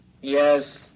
Yes